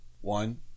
One